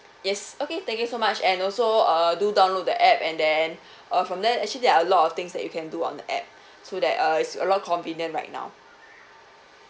yes okay thank you so much and also uh do download the app and then uh from there actually there are a lot of things that you can do on the app so that uh it's a lot convenient right now